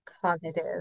cognitive